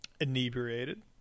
inebriated